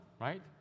right